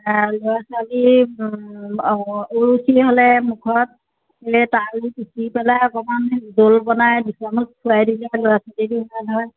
ল'ৰা ছোৱালী অৰুচি হ'লে মুখত তাৰে পিছি পেলাই অকমান জোল বনাই দুচামুচ খুৱাই দিলে ল'ৰা ছোৱালীৰো ভাল হয়